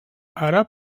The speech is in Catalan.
àrab